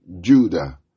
judah